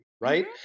right